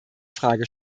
frage